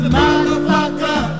motherfucker